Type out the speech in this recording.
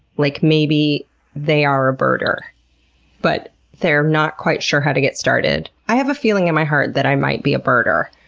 like, maybe they are a birder but they're not quite sure how to get started? i have a feeling in my heart that i might be a birder,